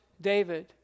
David